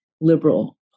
liberal